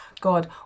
god